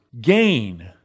gain